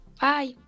Bye